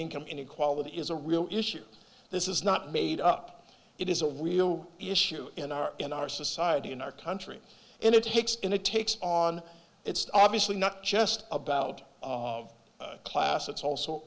income inequality is a real issue this is not made up it is a real issue in our in our society in our country and it takes and it takes on it's obviously not just about out of class it's also